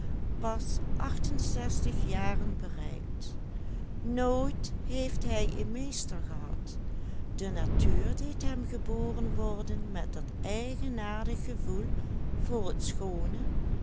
pas achtenzestig jaren bereikt nooit heeft hij een meester gehad de natuur deed hem geboren worden met dat eigenaardig gevoel voor t schoone